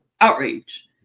outrage